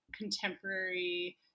contemporary